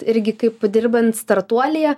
irgi kaip dirbant startuolyje